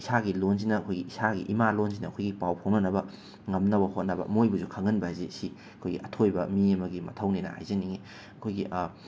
ꯏꯁꯥꯒꯤ ꯂꯣꯟꯁꯤꯅ ꯑꯩꯈꯣꯏꯒꯤ ꯏꯁꯥꯒꯤ ꯏꯃꯥ ꯂꯣꯟꯁꯤꯅ ꯑꯩꯈꯣꯏꯒꯤ ꯄꯥꯎ ꯐꯥꯎꯅꯅꯕ ꯉꯝꯅꯕ ꯍꯣꯠꯅꯕ ꯃꯣꯏꯕꯨꯁꯨ ꯈꯪꯍꯟꯅꯕꯁꯤ ꯁꯤ ꯑꯩꯈꯣꯏꯒꯤ ꯑꯊꯣꯏꯕ ꯃꯤ ꯑꯃꯒꯤ ꯃꯊꯧꯅꯦꯅ ꯍꯥꯏꯖꯅꯤꯡꯏ ꯑꯩꯈꯣꯏꯒꯤ